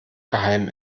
geheim